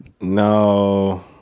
No